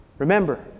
remember